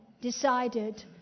decided